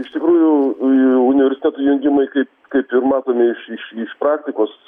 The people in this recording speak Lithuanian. iš tikrųjų universitetų jungimai kaip kaip ir matome iš iš iš praktikos